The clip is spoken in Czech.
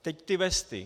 Teď ty vesty.